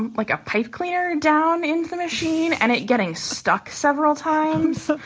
and like a pipe cleaner down in the machine and it getting stuck several times.